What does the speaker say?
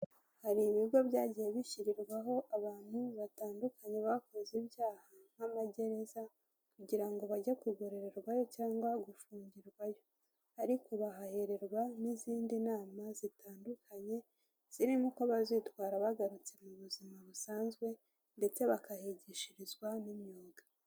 Hari ibigo byagiye bishyirirwaho abantu batandukanye bakoze ibyaha nk'amagereza, kugira ngo bajye kugororerwayo cyangwa gufungirwayo. Ariko bahahererwa n'izindi nama zitandukanye, zirimo uko bazitwara bagarutse mu buzima busanzwe, ndetse bakahigishirizwa n'imyuga.